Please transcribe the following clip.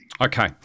Okay